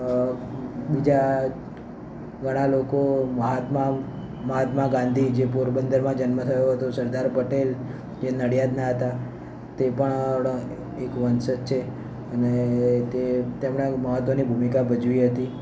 અ બીજા ઘણાં લોકો મહાત્મા મહાત્મા ગાંધી જે પોરબંદરમાં જન્મ થયો હતો સરદાર પટેલ જે નડિયાદના હતા તે પણ એક વંશજ છે અને તે તેમણે મહત્ત્વની ભૂમિકા ભજવી હતી